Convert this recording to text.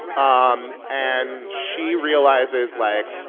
um and she realizes, like,